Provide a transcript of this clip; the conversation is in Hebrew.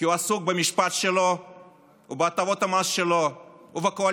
הייתי אומר שאם יש מישהו שלא קיבל את ציוני הבגרות עד כה זה חריג